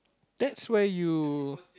that's where you